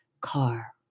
car